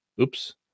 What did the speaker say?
Oops